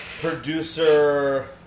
Producer